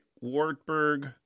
Wartburg